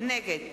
נגד